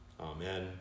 Amen